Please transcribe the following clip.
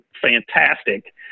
fantastic